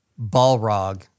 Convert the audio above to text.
Balrog